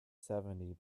seventy